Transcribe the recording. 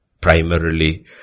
primarily